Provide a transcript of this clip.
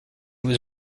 was